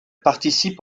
participe